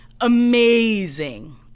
amazing